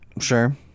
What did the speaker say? Sure